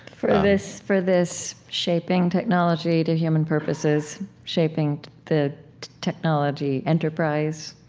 for this for this shaping technology to human purposes, shaping the technology enterprise?